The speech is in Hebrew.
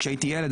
כבוד היושב-ראש,